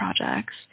projects